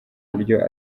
uburyo